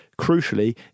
crucially